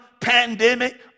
pandemic